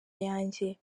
yanjye